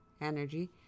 energy